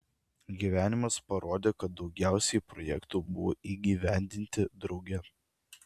gyvenimas parodė kad daugiausiai projektų buvo įgyvendinti drauge